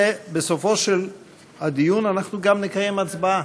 ובסופו של הדיון אנחנו גם נקיים הצבעה.